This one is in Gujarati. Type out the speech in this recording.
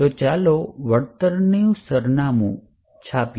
તો ચાલો હવે વળતરની સામગ્રી છાપીએ